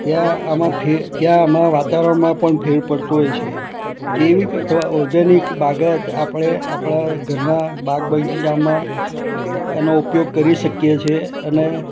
ત્યાં આમાં ત્યાં આમાં વાતાવરણમાં પણ ફેર પડતો હોય છે જૈવિક અથવા ઓર્ગેનિક બાગાયત આપણે આપણાં ઘરના બાગ બગીચામાં એનો ઉપયોગ કરી શકીએ છીએ અને